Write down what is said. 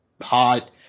hot